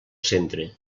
centre